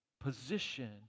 position